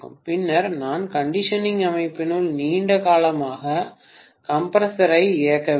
பின்னர் நான் கண்டிஷனிங் அமைப்பினுள் நீண்ட காலமாக கம்ப்ரசரை இயக்க வேண்டும்